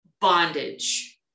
bondage